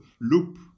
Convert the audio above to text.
loop